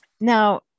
Now